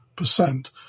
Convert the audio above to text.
Percent